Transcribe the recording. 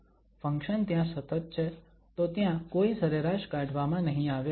function ત્યાં સતત છે તો ત્યાં કોઈ સરેરાશ કાઢવામાં નહીં આવે